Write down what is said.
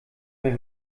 mehr